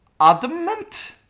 adamant